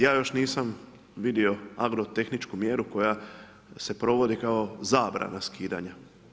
Ja još nisam vidio agrotehničku mjeru koja se provodi kao zabrana skidanja.